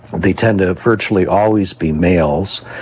they tend to virtually always be males,